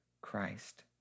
Christ